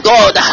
God